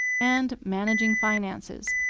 and managing finances.